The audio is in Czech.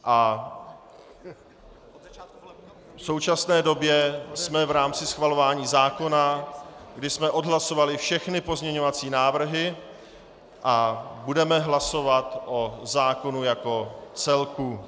V současné době jsme v rámci schvalování zákona, kdy jsme odhlasovali všechny pozměňovací návrhy, a budeme hlasovat o zákonu jako celku.